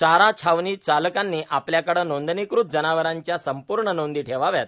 चारा छावणी चालकांनी आपल्याकडे नोंदणीकृत जनावरांच्या संपूर्ण नोंदी ठेवाव्यात